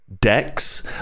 decks